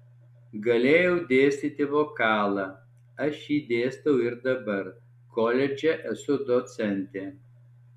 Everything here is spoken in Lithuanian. galėjau dėstyti vokalą aš jį dėstau ir dabar koledže esu docentė